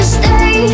stay